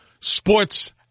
sports